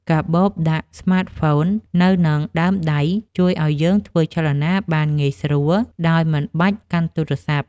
កាបូបដាក់ស្មាតហ្វូននៅនឹងដើមដៃ ជួយឱ្យយើងធ្វើចលនាបានងាយស្រួលដោយមិនបាច់កាន់ទូរសព្ទ។